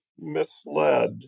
misled